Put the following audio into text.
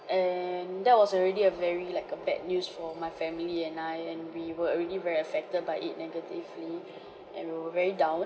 and that was already a very like a bad news for my family and I and we were already very affected by it negatively and we were very down